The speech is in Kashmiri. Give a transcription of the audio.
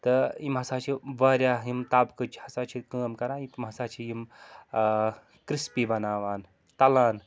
تہٕ یِم ہَسا چھِ واریاہ یِم طَبقٕچ ہَسا چھِ کٲم کَران یِم ہَسا چھِ یِم کرٛسپی بَناوان تَلان